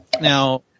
now